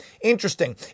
Interesting